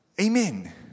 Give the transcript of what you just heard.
Amen